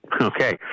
okay